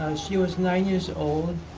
she was nine years old.